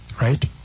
right